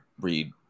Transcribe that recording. read